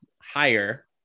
higher